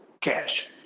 cash